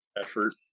effort